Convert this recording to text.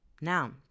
Now